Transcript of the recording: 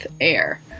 air